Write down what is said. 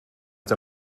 der